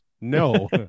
No